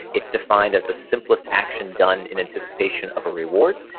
it's defined as the simplest action done in anticipation of a reward.